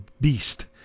beast